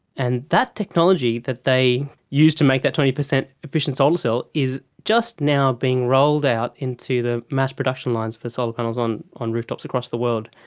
and that technology that they used to make that twenty percent efficient solar cell is just now being rolled out into the mass production lines for solar panels on on rooftops across the world.